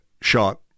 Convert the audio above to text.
shot